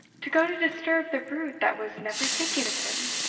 to go to disturb the brute that was never thinking of him!